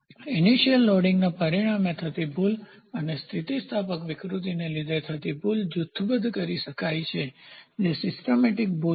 inertial લોડિંગના પરિણામે થતી ભૂલ અને સ્થિતિસ્થાપક વિકૃતિને લીધે થતી ભૂલ જૂથબદ્ધ કરી શકાય છે કે જે સિસ્ટમેટિકપ્રણાલીગત ભૂલ છે